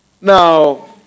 Now